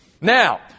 Now